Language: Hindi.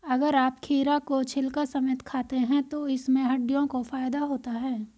अगर आप खीरा को छिलका समेत खाते हैं तो इससे हड्डियों को फायदा होता है